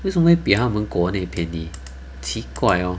为什么会比他们国内便宜奇怪 hor